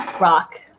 rock